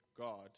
God